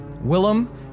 Willem